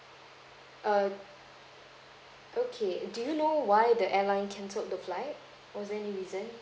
err okay do you know why the airline canceled the flight was there any reason